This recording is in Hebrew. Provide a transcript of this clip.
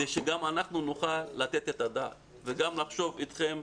כדי שגם אנחנו נוכל לתת את הדעת וגם לחשוב אתכם,